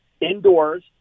indoors